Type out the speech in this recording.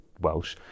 Welsh